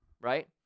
right